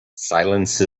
silence